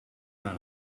naar